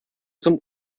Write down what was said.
zum